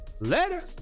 Later